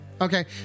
Okay